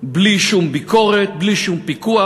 בלי שום ביקורת, בלי שום פיקוח,